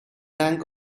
rank